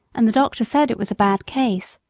and the doctor said it was a bad case.